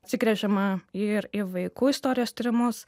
atsigręžiama ir į vaikų istorijos tyrimus